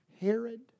Herod